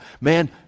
Man